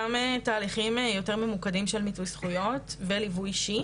גם תהליכים יותר ממוקדים של מיצוי זכויות בליווי אישי